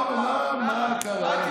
קדימה, פרוש,